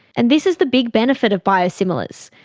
and this is the big benefit of biosimilars,